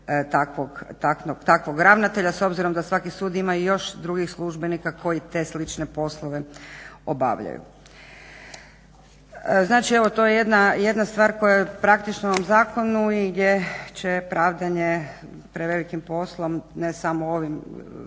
takvog ravnatelja, s obzirom da svaki sud ima i još drugih službenika koji te slične poslove obavljaju. Znači evo to je jedna stvar koja praktično u ovom zakonu je, će pravdanje prevelikim poslom, ne samo u ovim